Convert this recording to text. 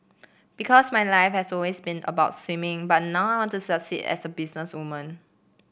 because my life has always been about swimming but now I want to succeed as a businesswoman